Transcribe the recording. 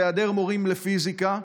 בהיעדר מורים לפיזיקה,